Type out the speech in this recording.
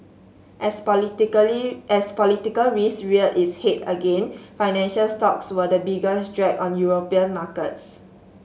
as politically as political risk reared its head again financial stocks were the biggest drag on European markets